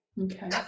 Okay